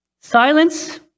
Silence